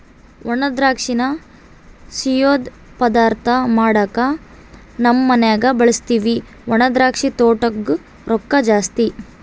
ಒಣದ್ರಾಕ್ಷಿನ ಸಿಯ್ಯುದ್ ಪದಾರ್ಥ ಮಾಡ್ವಾಗ ನಮ್ ಮನ್ಯಗ ಬಳುಸ್ತೀವಿ ಒಣದ್ರಾಕ್ಷಿ ತೊಟೂಗ್ ರೊಕ್ಕ ಜಾಸ್ತಿ